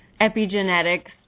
epigenetics